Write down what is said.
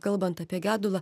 kalbant apie gedulą